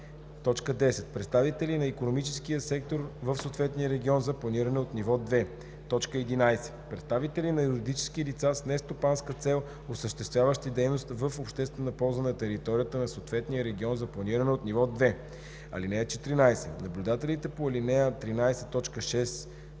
2; 10. представители на икономическия сектор в съответния регион за планиране от ниво 2. 11. представители на юридически лица с нестопанска цел, осъществяващи дейност в обществена полза на територията на съответния регион за планиране от ниво 2. (14) Наблюдателите по ал. 13,